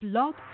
Blog